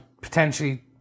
potentially